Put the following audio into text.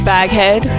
Baghead